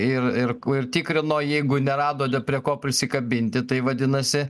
ir ir ir tikrino jeigu neradote prie ko prisikabinti tai vadinasi